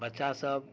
बच्चासभ